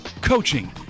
coaching